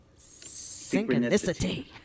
synchronicity